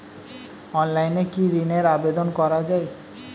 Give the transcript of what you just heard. অনলাইনে কি ঋণের আবেদন করা যায়?